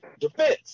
defense